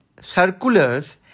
circulars